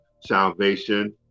salvation